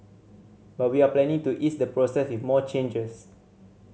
but we are planning to ease the process with more changes